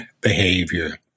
behavior